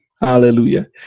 Hallelujah